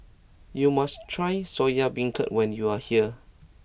you must try Soya Beancurd when you are here